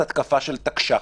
של תקש"חים,